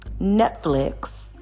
Netflix